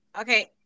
okay